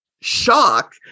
shock